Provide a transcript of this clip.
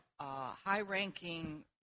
high-ranking